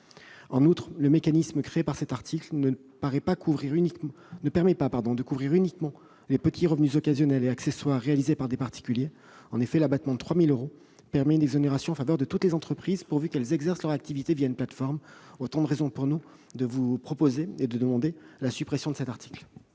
En outre, le mécanisme créé par cet article ne concerne pas uniquement les petits revenus occasionnels et accessoires réalisés par des particuliers. En effet, l'abattement de 3 000 euros permet une exonération en faveur de toutes les entreprises, pourvu qu'elles exercent leur activité une plateforme. Toutes ces raisons ont conduit le Gouvernement à demander la suppression de cet article.